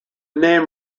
name